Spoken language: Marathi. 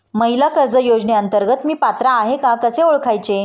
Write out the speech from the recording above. महिला कर्ज योजनेअंतर्गत मी पात्र आहे का कसे ओळखायचे?